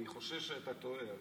אני חושש שאתה טועה.